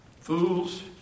Fools